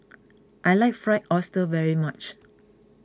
I like Fried Oyster very much